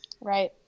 Right